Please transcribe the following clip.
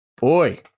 boy